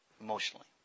Emotionally